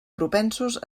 propensos